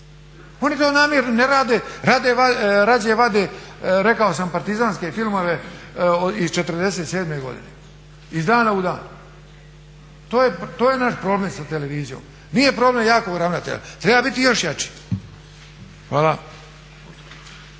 Oni to namjerno ne rade, rađe vade rekao sam partizanske filmove iz '47. godine iz dana u dan. to je naš problem sa televizijom. Nije problem jakog ravnatelja. Treba biti još jači. Hvala.